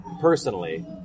personally